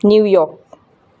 New York